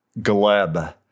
Gleb